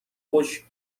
خشک